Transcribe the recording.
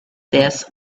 this